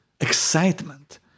excitement